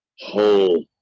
whole